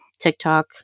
TikTok